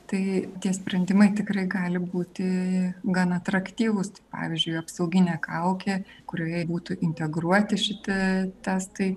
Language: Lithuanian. tai tie sprendimai tikrai gali būti gan atraktyvūs tai pavyzdžiui apsauginė kaukė kurioje būtų integruoti šitie testai